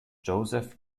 joseph